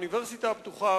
האוניברסיטה הפתוחה,